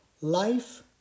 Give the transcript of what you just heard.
Life